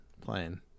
playing